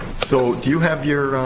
so, do you have your.